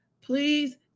please